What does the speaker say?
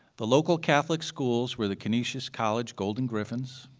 the local catholic schools were the canisius college golden griffins,